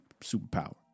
superpower